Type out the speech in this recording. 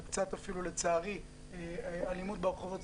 ואפילו קצת אלימות ברחובות,